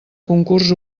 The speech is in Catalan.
concurs